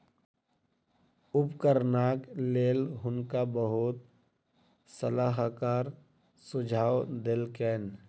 उपकरणक लेल हुनका बहुत सलाहकार सुझाव देलकैन